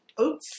Oops